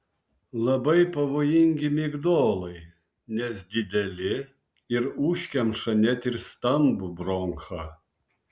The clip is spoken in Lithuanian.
labai pavojingi migdolai nes dideli ir užkemša net ir stambų bronchą